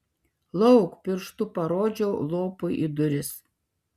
lauk pirštu parodžiau lopui į duris